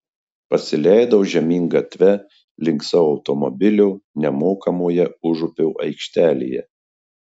pasileidau žemyn gatve link savo automobilio nemokamoje užupio aikštelėje